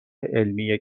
علمی